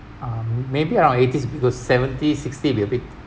uh maybe around eighties be good seventies sixties be a bit